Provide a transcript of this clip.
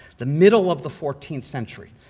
the middle of the fourteenth century.